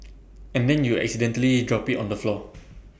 and then you accidentally drop IT on the floor